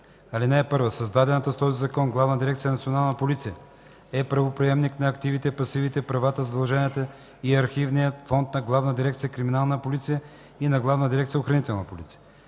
„§ 79. (1) Създадената с този закон Главна дирекция „Национална полиция” е правоприемник на активите, пасивите, правата, задълженията и архивния фонд на Главна дирекция „Криминална полиция” и на Главна дирекция „Охранителна полиция”.